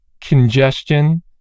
congestion